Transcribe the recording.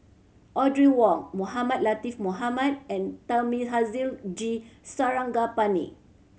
Audrey Wong Mohamed Latiff Mohamed and Thamizhavel G Sarangapani